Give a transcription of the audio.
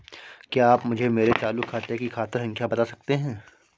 क्या आप मुझे मेरे चालू खाते की खाता संख्या बता सकते हैं?